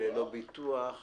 ללא ביטוח נמוך מאוד.